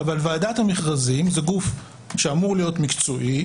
אבל ועדת המכרזים זה גוף שאמור להיות מקצועי.